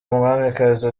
umwamikazi